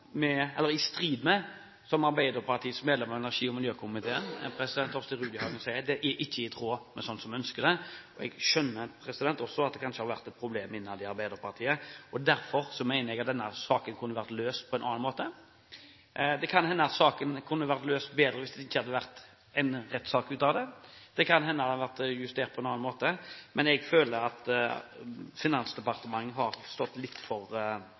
med den helhetlige vurderingen. Hvis ikke blir det, som Arbeiderpartiets medlem i energi- og miljøkomiteen, Torstein Rudihagen, sier, ikke i tråd med slik som en ønsker det. Jeg skjønner også at det kanskje har vært et problem innad i Arbeiderpartiet. Derfor mener jeg at denne saken kunne ha vært løst på en annen måte. Det kan hende at saken kunne ha vært løst bedre hvis det ikke hadde blitt en rettssak av den. Det kan hende det hadde vært justert på en annen måte, men jeg føler at Finansdepartementet har stått litt for